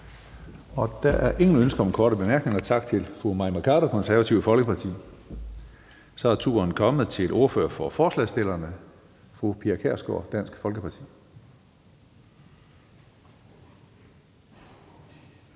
Der er ingen ønsker om korte bemærkninger. Tak til fru Mai Mercado, Det Konservative Folkeparti. Så er turen kommet til ordføreren for forslagsstillerne, fru Pia Kjærsgaard, Dansk Folkeparti.